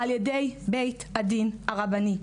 על ידי בית הדין הרבני.